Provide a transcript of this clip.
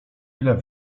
ile